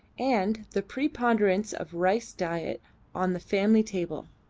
and the preponderance of rice diet on the family table.